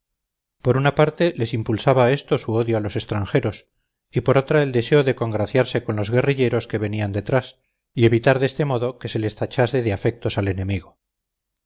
por una parte les impulsaba a esto su odio a los extranjeros y por otra el deseo de congraciarse con los guerrilleros que venían detrás y evitar de este modo que se les tachase de afectos al enemigo